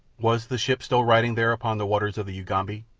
was the ship still riding there upon the waters of the ugambi,